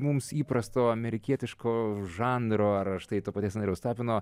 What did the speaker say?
mums įprasto amerikietiško žanro ar štai to paties andriaus tapino